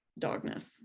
dogness